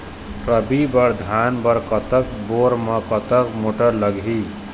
रबी बर धान बर कतक बोर म कतक मोटर लागिही?